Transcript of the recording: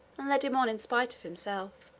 and led him on in spite of himself.